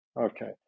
Okay